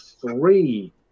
three